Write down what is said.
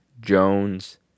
Jones